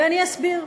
ואני אסביר: